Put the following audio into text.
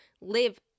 live